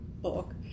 book